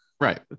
Right